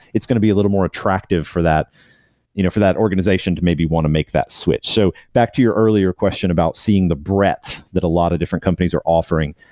it's going to be a little more attractive for that you know for that organization to maybe want to make that switch. so back to your earlier question about seeing the breadth that a lot of different companies are offering,